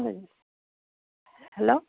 hello